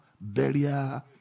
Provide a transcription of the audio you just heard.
barrier